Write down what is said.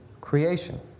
creation